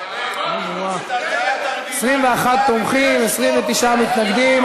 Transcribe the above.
21 תומכים, 29 מתנגדים.